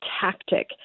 tactic